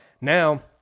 Now